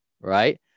Right